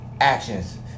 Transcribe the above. actions